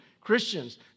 Christians